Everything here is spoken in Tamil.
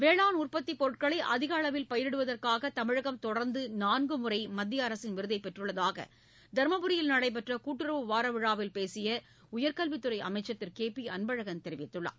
வேளாண் உற்பத்தி பொருட்களை அதிக அளவில் பயிரிடுவதற்காக தமிழகம் தொடர்ந்து நான்குமுறை மத்திய அரசின் விருதைப் பெற்றுள்ளதாக தர்மபுரியில் நடைபெற்ற கூட்டுறவு வார விழாவில் பேசிய உயர்கல்வித்துறை அமைச்சர் திரு கே பி அன்பழகன் தெரிவித்துள்ளார்